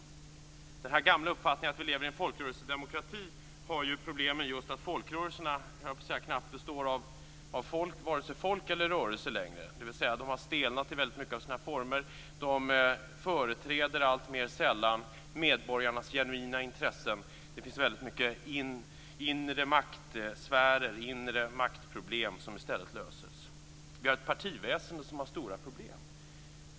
Problemet med den gamla uppfattningen att vi lever i en folkrörelsedemokrati är ju att folkrörelserna knappt består av vare sig folk eller rörelser längre. De har stelnat i mycket av sina former. De företräder alltmer sällan medborgarnas genuina intressen, och det finns mycket inre maktsfärer, inre maktproblem. Vi har ett partiväsen som har stora problem.